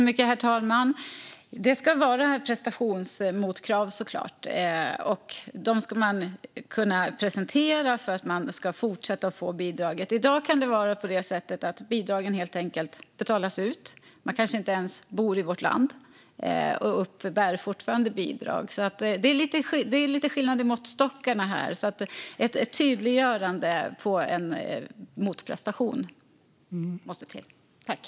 Herr talman! Det ska vara prestationsmotkrav, såklart, och dem ska man kunna presentera för att fortsätta få bidraget. I dag kan det vara på det sättet att bidragen helt enkelt betalas ut och att man kanske inte ens bor i vårt land men fortfarande uppbär bidrag. Det är alltså lite skillnad i måttstockarna, så ett tydliggörande av en motprestation måste till.